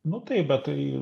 nu tai tai